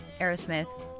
Aerosmith